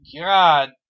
God